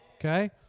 Okay